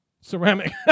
Ceramic